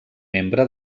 membre